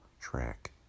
track